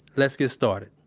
let's get started.